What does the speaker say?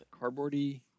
cardboardy